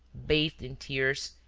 bathed in tears,